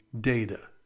data